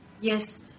Yes